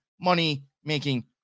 money-making